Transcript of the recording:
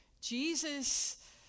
Jesus